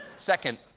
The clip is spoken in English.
second,